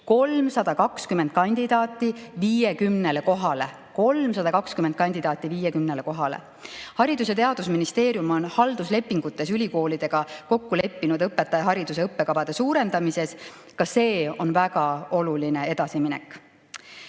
320 kandidaati 50 kohale! Haridus‑ ja Teadusministeerium on halduslepingutes ülikoolidega kokku leppinud õpetajahariduse õppekavade suurendamises. Ka see on väga oluline edasiminek. Tänane